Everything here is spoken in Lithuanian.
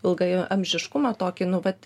ilgai amžiškumą tokį nu vat